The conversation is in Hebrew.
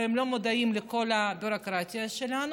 והם לא מודעים לכל הביורוקרטיה שלנו.